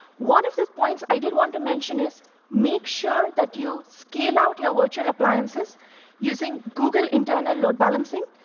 one of the points i did want to mention is make sure that you scale out your virtual appliances using google internal load balancing,